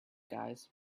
guys